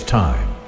time